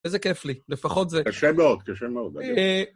איזה כיף לי, לפחות זה... קשה מאוד, קשה מאוד.